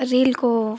reel को